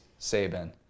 Saban